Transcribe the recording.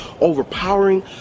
overpowering